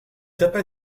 tapa